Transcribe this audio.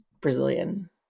Brazilian